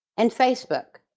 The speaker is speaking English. and facebook.